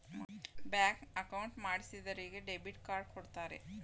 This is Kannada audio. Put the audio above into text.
ಬ್ಯಾಂಕ್ ಅಕೌಂಟ್ ಮಾಡಿಸಿದರಿಗೆ ಡೆಬಿಟ್ ಕಾರ್ಡ್ ಕೊಡ್ತಾರೆ